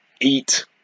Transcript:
eat